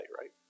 right